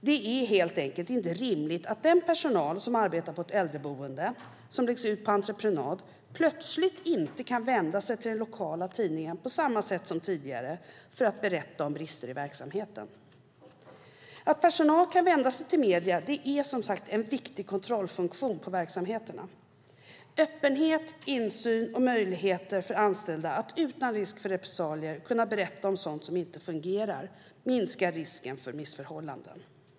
Det är helt enkelt inte rimligt att den personal som arbetar på ett äldreboende som läggs ut på entreprenad plötsligt inte kan vända sig till den lokala tidningen på samma sätt som tidigare för att berätta om brister i verksamheten. Att personal kan vända sig till medier är som sagt en viktig kontrollfunktion. Öppenhet, insyn och möjligheter för anställda att utan risk för repressalier kunna berätta om sådant som inte fungerar minskar risken för missförhållanden.